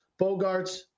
Bogarts